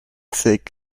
sick